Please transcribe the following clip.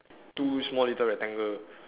two small little rectangle